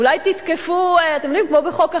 אולי תתקפו כמו בחוק החרם,